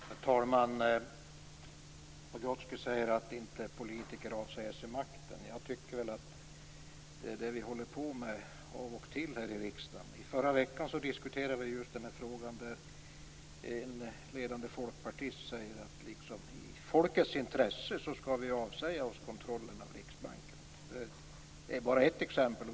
Herr talman! Leif Pagrotsky säger att politiker inte avsäger sig makten. Jag tycker att det är det vi håller på med av och till här i riksdagen. I förra veckan hade vi en diskussion där en ledande folkpartist sade att vi i folkets intresse skulle avsäga oss kontrollen av Riksbanken. Det är bara ett exempel.